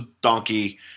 donkey